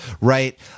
right